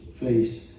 Face